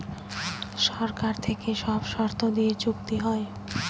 সরকার থেকে সব শর্ত দিয়ে চুক্তি হয়